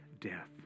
death